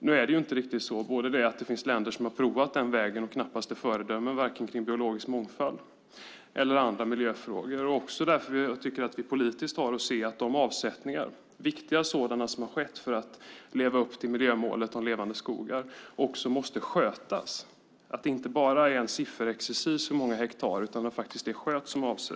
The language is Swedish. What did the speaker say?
Nu är det inte riktigt så. Det finns länder som har provat den vägen och knappast är något föredöme för vare sig biologisk mångfald eller andra miljöfrågor. Därför tycker jag att vi politiker har att se att de avsättningar, viktiga sådana, som har skett för att leva upp till miljömålet om levande skogar måste skötas, att det inte bara är sifferexercis om ett antal hektar utan faktiskt någonting som sköts.